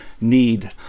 need